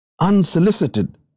Unsolicited